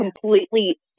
completely